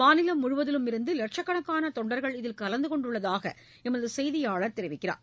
மாநிலம் முழுவதிலும் இருந்து லட்சக்கணக்கான தொண்டர்கள் இதில் கலந்து கொண்டுள்ளதாக எமது செய்தியாளர் தெரிவிக்கிறார்